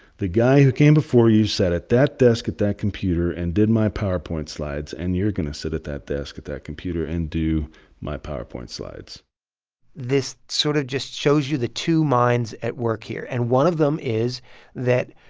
the guy who came before you sat at that desk at that computer and did my powerpoint slides. and you're going to sit at that desk at that computer and do my powerpoint slides this sort of just shows you the two minds at work here. and one of them is that,